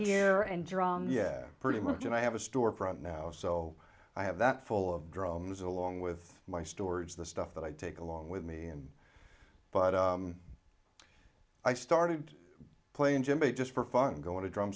drum yeah pretty much and i have a storefront now so i have that full of drums along with my storage the stuff that i take along with me and but i started playing jimi just for fun going to drum